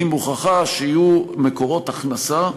היא מוכרחה שיהיו מקורות הכנסה,